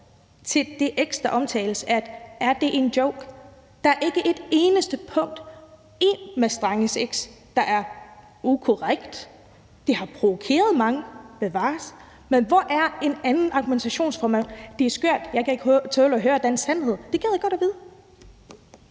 til det, der er omtalt på X: Er det en joke? Der er ikke et eneste punkt i Mads Stranges opslag på X, der er ukorrekt. Det har provokeret mange, bevares, men hvor er der en anden argumentation end: Det er skørt; jeg kan ikke tåle at høre den sandhed. Det gad jeg godt vide.